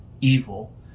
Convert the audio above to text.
evil